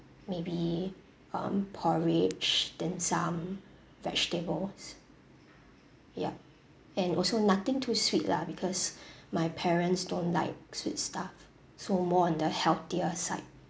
maybe um porridge dim sum vegetables yup and also nothing too sweet lah because my parents don't like sweet stuff so more on the healthier side